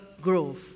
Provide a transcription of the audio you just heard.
growth